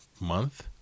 month